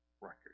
record